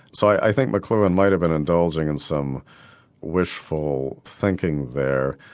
so i think mcluhan might have been indulging in some wishful thinking there.